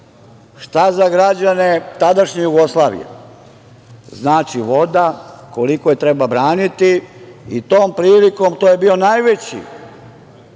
šta za građane tadašnje Jugoslavije znači voda, koliko je treba braniti. Tom prilikom, to je bio najveći